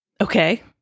Okay